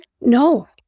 no